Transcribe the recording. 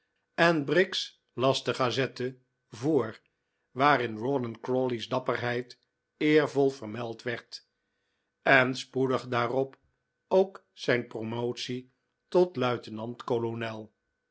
en briggs las de gazette voor waarin rawdon crawley's dapperheid eervol vermeld werd en spoedig daarop ook zijn promotie tot luitenant-kolonel